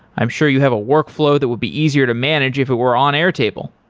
i'm sure you have a workflow that would be easier to manage if it were on airtable.